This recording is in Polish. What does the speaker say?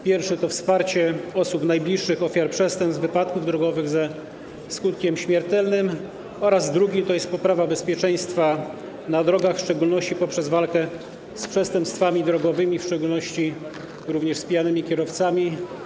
Pierwszy to wsparcie osób najbliższych ofiar przestępstw wypadków drogowych ze skutkiem śmiertelnym, a drugi to poprawa bezpieczeństwa na drogach, w szczególności poprzez walkę z przestępstwami drogowymi, również z pijanymi kierowcami.